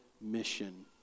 mission